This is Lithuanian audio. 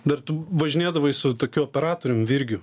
dar tu važinėdavai su tokiu operatorium virgiu